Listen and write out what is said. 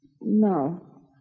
No